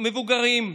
ומבוגרים,